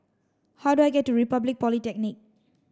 how do I get to Republic Polytechnic